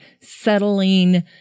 settling